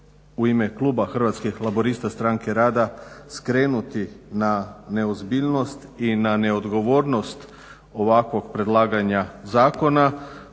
u ime kluba Hrvatskih laburista – Stranke rada skrenuti na neozbiljnost i na neodgovornost ovakvog predlaganja zakona